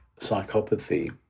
psychopathy